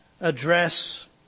address